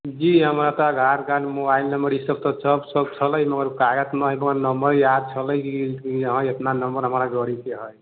जी हमरा तऽ Aadhaar card mobile number ई सब तऽ छलेै मगर कागजमे नम्बर याद छलै कि हँ इतना नम्बर हमारा गाड़ीके है